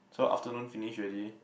so afternoon finish ready